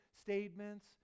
statements